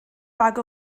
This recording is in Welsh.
bag